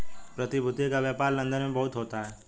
प्रतिभूति का व्यापार लन्दन में बहुत होता है